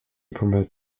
promote